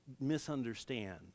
misunderstand